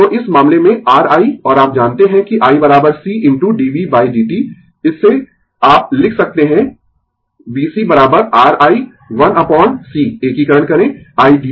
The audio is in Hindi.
तो इस मामले में R i और आप जानते है कि i c into dv dt इससे आप लिख सकते है VC R i 1 upon C एकीकरण करें i dtv